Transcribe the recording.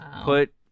put